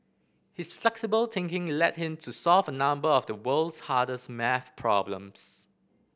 his flexible thinking led him to solve a number of the world's hardest maths problems